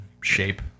shape